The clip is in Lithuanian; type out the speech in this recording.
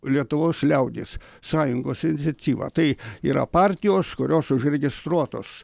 lietuvos liaudies sąjungos iniciatyva tai yra partijos kurios užregistruotos